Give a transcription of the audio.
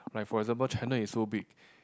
like for example China is so big